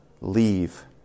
leave